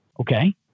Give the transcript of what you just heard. Okay